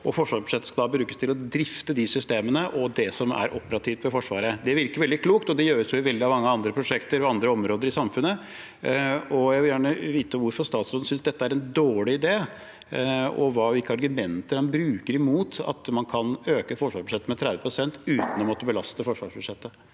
Forsvarsbudsjettet skal da brukes til å drifte de systemene og det som er operativt ved Forsvaret. Det virker veldig klokt, og det gjøres i veldig mange andre prosjekter på andre områder i samfunnet. Jeg vil gjerne vite hvorfor statsråden synes dette er en dårlig idé, og hvilke argumenter han bruker mot å kunne øke forsvarsbudsjettet med 30 pst. uten å måtte belaste forsvarsbudsjettet.